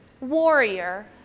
Warrior